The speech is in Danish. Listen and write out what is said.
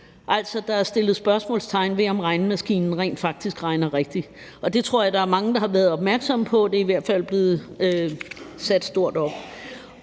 Altså, der er sat spørgsmålstegn ved, om regnemaskinen rent faktisk regner rigtigt. Det tror jeg der er mange der har været opmærksomme på – det er i hvert fald blevet slået stort op.